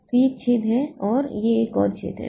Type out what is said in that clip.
तो यह एक छेद है और यह एक और छेद है